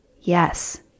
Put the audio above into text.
yes